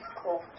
cool